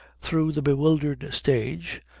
through the bewildered stage,